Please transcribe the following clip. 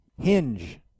Hinge